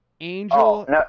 Angel